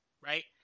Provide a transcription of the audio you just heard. right